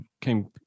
came